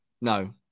no